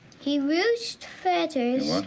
he roost feathers.